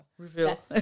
reveal